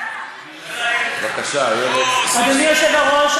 אדוני היושב-ראש,